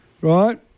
right